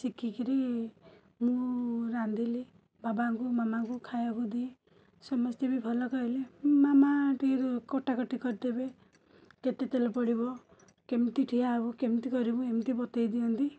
ଶିଖିକିରି ମୁଁ ରାନ୍ଧିଲି ବାବାଙ୍କୁ ମାମାଙ୍କୁ ଖାଇବାକୁ ଦିଏ ସମସ୍ତେ ବି ଭଲ କହିଲେ ମାମା ଟିକିଏ କଟାକଟି କରିଦେବେ କେତେ ତେଲ ପଡ଼ିବ କେମତି ଠିଆ ହବୁ କେମିତି କରିବୁ ଏମତି ବତାଇ ଦିଅନ୍ତି